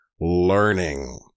Learning